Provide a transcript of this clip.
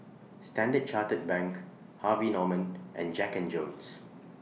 Standard Chartered Bank Harvey Norman and Jack and Jones